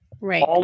Right